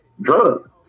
drugs